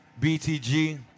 BTG